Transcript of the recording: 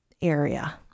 area